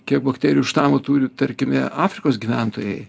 kiek bakterijų štamų turi tarkime afrikos gyventojai